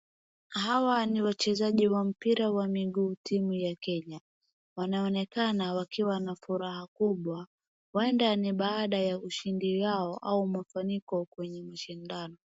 Hawa ni wachezaji wa mpira wa miguu timu ya Kenya wanaonekana wakiwa na furaha kubwa huenda ni baada ya ushindi wao au mafanikio kwenye mashindano